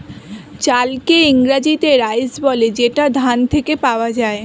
চালকে ইংরেজিতে রাইস বলে যেটা ধান থেকে পাওয়া যায়